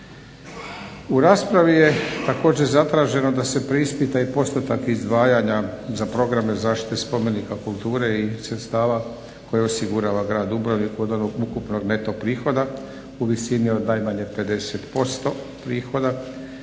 U raspravi je također zatraženo da se preispita i postotak izdvajanja za programe zaštite spomenika kulture i sredstava koje osigurava grad Dubrovnik od onog ukupnog neto prihoda u visini od najmanje 50% prihoda